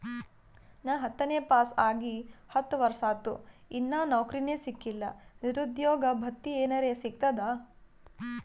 ನಾ ಹತ್ತನೇ ಪಾಸ್ ಆಗಿ ಹತ್ತ ವರ್ಸಾತು, ಇನ್ನಾ ನೌಕ್ರಿನೆ ಸಿಕಿಲ್ಲ, ನಿರುದ್ಯೋಗ ಭತ್ತಿ ಎನೆರೆ ಸಿಗ್ತದಾ?